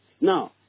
Now